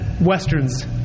westerns